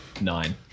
Nine